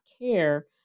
care